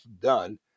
done